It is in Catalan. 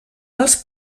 els